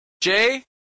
Jay